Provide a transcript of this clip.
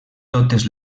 totes